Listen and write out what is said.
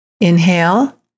Inhale